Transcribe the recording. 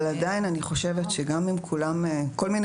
אבל עדיין אני חושבת שגם אם כל מיני